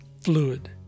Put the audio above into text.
fluid